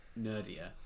nerdier